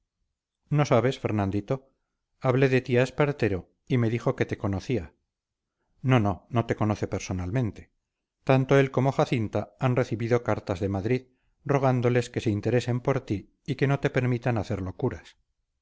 no sabes fernandito hablé de ti a espartero y me dijo que te conocía no no no te conoce personalmente tanto él como jacinta han recibido cartas de madrid rogándoles que se interesen por ti y que no te permitan hacer locuras